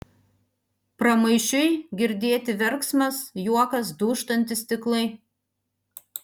pramaišiui girdėti verksmas juokas dūžtantys stiklai